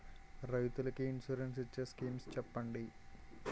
రైతులు కి ఇన్సురెన్స్ ఇచ్చే స్కీమ్స్ చెప్పండి?